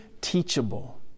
teachable